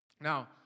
Now